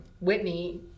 Whitney